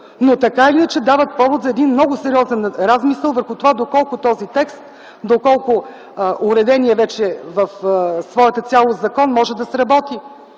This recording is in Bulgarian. но така или иначе дават повод за един много сериозен размисъл върху това доколко този текст, доколко уреденият вече в своята цялост закон може да сработи